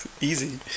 easy